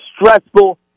stressful